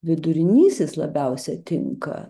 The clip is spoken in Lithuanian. vidurinysis labiausia tinka